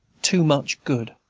too much good,